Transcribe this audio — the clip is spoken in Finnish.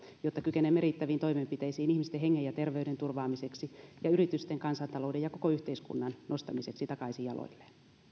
jotta kykenemme riittäviin toimenpiteisiin ihmisten hengen ja terveyden turvaamiseksi ja yritysten kansantalouden ja koko yhteiskunnan nostamiseksi takaisin jaloilleen